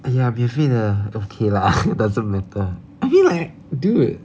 !aiya! leh okay lah doesn't matter I feel like dude